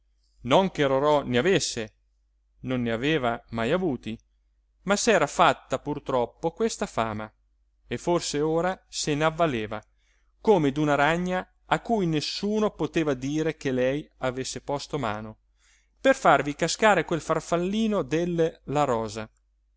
che rorò ne avesse non ne aveva mai avuti ma s'era fatta pur troppo questa fama e forse ora se n'avvaleva come d'una ragna a cui nessuno poteva dire che lei avesse posto mano per farvi cascare quel farfallino del la rosa